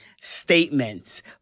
statements